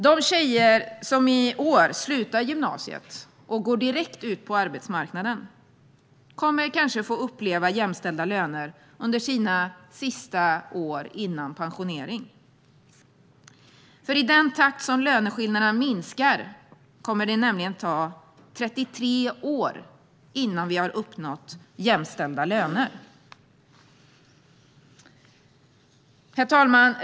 De tjejer som i år slutar gymnasiet och går direkt ut på arbetsmarknaden kommer kanske att få uppleva jämställda löner under sina sista år före pensionering. I den takt löneskillnaderna minskar kommer det nämligen att ta 33 år innan vi uppnår jämställda löner. Herr talman!